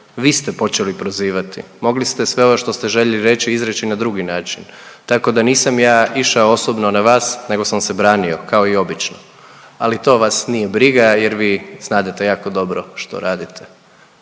vi ste počeli prozivati. Mogli ste sve ovo što ste željeli reći, izreći na drugi način. Tako da nisam ja išao osobno na vas, nego sam se branio, kao i obično. Ali to vas nije briga jer vi znadete jako dobro što radite.